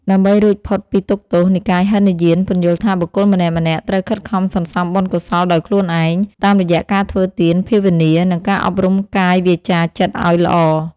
ដើម្បីរួចផុតពីទុក្ខទោស និកាយហីនយានពន្យល់ថាបុគ្គលម្នាក់ៗត្រូវខិតខំសន្សំបុណ្យកុសលដោយខ្លួនឯង តាមរយៈការធ្វើទាន ភាវនា និងការអប់រំកាយ វាចា ចិត្តឱ្យល្អ។